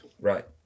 Right